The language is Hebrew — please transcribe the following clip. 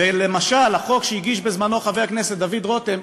ולמשל, החוק שהגיש בזמנו חבר הכנסת דוד רותם,